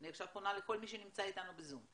אני עכשיו פונה לכל מי שנמצא איתנו בזום,